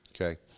Okay